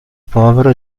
povero